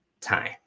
time